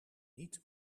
niet